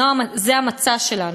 זה המצע שלנו,